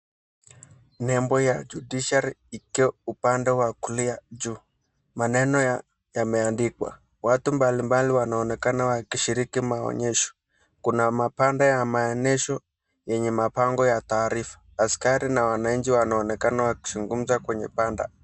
Nembo ya Judiciary ikiwa upande wa kulia juu, maneno yameandikwa watu mbalimbali wanaonekana wakishiriki maonyesho kuna mapanda ya maonyesho yenye maneno ya taarifa, kuna askari na wanainchi wanaonekana wakizungumza kwenye banda.